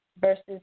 versus